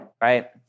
right